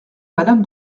madame